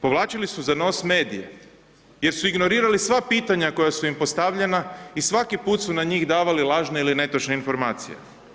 Povlačili su za nos medije jer su ignorirali sva pitanja koja su im postavljena i svaki put su na njih davali lažne ili netočne informacije.